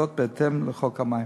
וזאת בהתאם לחוק המים.